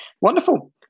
Wonderful